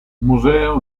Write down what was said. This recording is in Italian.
museo